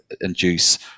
induce